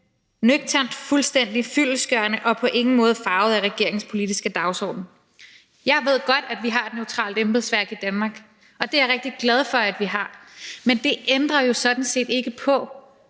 nøgtern, fuldstændig fyldestgørende og på ingen måde farvet af regeringens politiske dagsorden? Jeg ved godt, at vi har et neutralt embedsværk i Danmark, og det er jeg rigtig glad for vi har, men det ændrer jo sådan set ikke på,